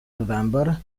november